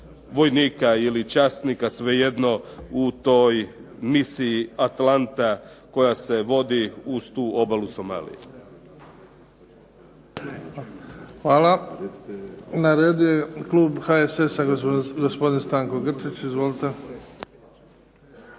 vojnika ili časnika, svejedno, u toj misiji Atalanta koja se vodi uz tu obalu Somalije. **Bebić, Luka (HDZ)** Hvala. Na redu je klub HSS-a, gospodin Stanko Grčić. Izvolite.